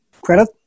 credit